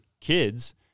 kids